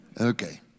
Okay